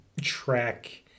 track